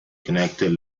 connected